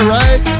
right